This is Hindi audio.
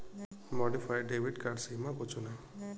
मॉडिफाइड डेबिट कार्ड सीमा को चुनें